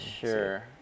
Sure